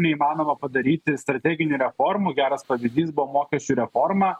neįmanoma padaryti strateginių reformų geras pavyzdys buvo mokesčių reforma